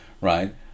right